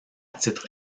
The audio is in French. titre